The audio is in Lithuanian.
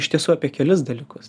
iš tiesų apie kelis dalykus